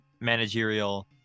managerial